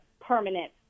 permanent